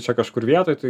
čia kažkur vietoj tai